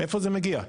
מאיפה זה מגיע?